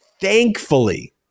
thankfully